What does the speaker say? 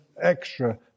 extra